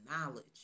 knowledge